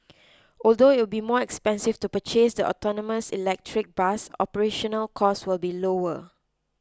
although it will be more expensive to purchase the autonomous electric bus operational costs will be lower